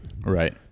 Right